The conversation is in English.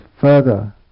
further